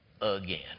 again